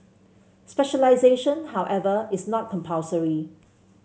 specialisation however is not compulsory